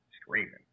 Screaming